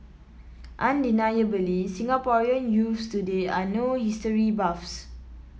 undeniably Singaporean youths today are no history buffs